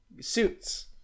suits